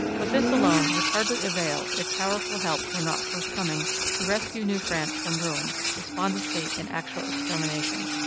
but this alone would hardly avail if powerful help were not forthcoming to rescue new france from ruin, despondency, and actual extermination.